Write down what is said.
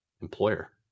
employer